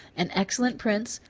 an excellent prince,